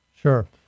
sure